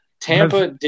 Tampa